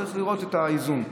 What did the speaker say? צריך לראות את האיזון.